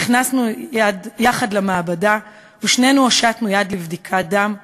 נכנסנו יחד למעבדה ושנינו הושטנו יד לבדיקת דם.